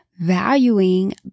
valuing